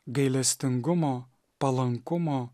gailestingumo palankumo